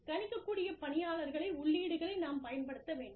கணிக்கக்கூடிய பணியாளர்களை உள்ளீடுகளை நாம் பயன்படுத்த வேண்டும்